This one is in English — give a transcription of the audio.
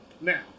Now